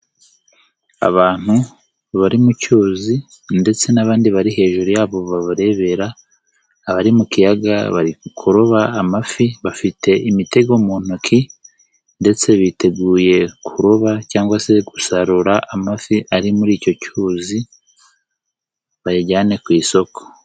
Abantu bari mu cyuzi ndetse n'abandi bari hejuru yabo, babarebera, abari mu kiyaga bari kuroba amafi, bafite imitego mu ntoki ndetse biteguye kuroba cyangwa se gusarura amafi ari muri icyo cyuzi, bayajyane ku isoko.